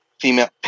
Female